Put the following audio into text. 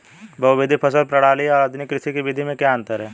बहुविध फसल प्रणाली और आधुनिक कृषि की विधि में क्या अंतर है?